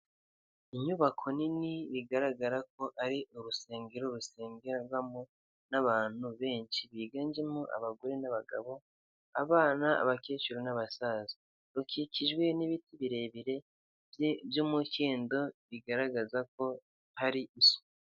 Inyubako nini bigaragara ko ari urusengero rusengerwamo n'abantu benshi biganjemo abagore n'abagabo, abana abakecuru n'abasaza, rukikijwe n'ibiti birebire by'umukindo bigaragaza ko hari isuku.